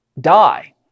die